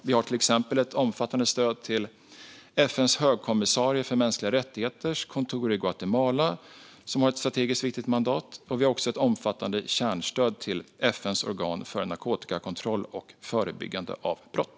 Vi har till exempel ett omfattande stöd till kontoret för FN:s högkommissarie för mänskliga rättigheter i Guatemala, som har ett strategiskt viktigt mandat. Vi har också ett omfattande kärnstöd till FN:s organ för narkotikakontroll och förebyggande av brott.